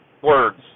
words